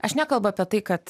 aš nekalbu apie tai kad